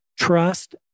trust